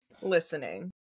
listening